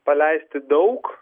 paleisti daug